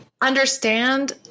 understand